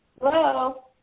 Hello